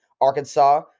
Arkansas